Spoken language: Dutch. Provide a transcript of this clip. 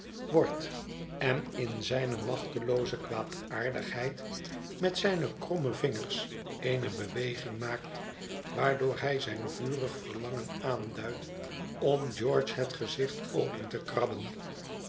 wordt en in zijne machtelooze kwaadaardigheid met zijne kromme vingers eene beweging maakt waardoor hij zijn vurig verlangen aanduidt om george het gezicht open te krabben